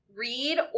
read